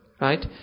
Right